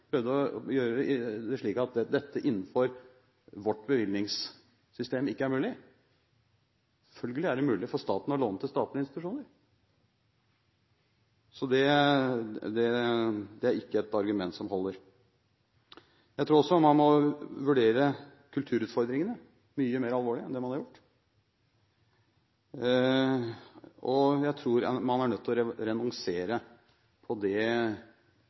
prøvde å framstille det slik at det innenfor vårt bevilgningssystem ikke er mulig. Selvfølgelig er det mulig for staten å låne til statlige institusjoner. Så det er ikke et argument som holder. Jeg tror også man må vurdere kulturutfordringene mye mer alvorlig enn det man har gjort. Jeg tror man er nødt til å renonsere på ønsket om å ta ut gevinstene så raskt som det